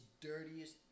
dirtiest